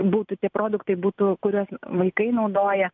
būtų tie produktai būtų kuriuos vaikai naudoja